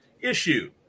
issue